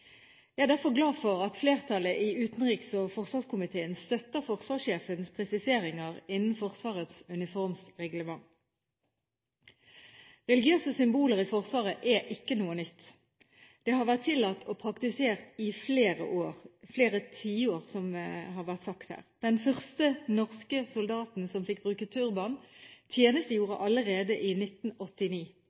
Jeg er derfor glad for at flertallet i utenriks- og forsvarskomiteen støtter forsvarssjefens presiseringer innen Forsvarets uniformsreglement. Religiøse symboler i Forsvaret er ikke noe nytt. Det har vært tillatt og praktisert i flere tiår, som det har vært sagt her. Den første norske soldaten som fikk bruke turban, tjenestegjorde allerede i 1989.